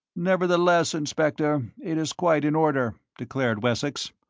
nevertheless, inspector, it is quite in order, declared wessex.